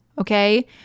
okay